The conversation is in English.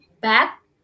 back